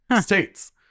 states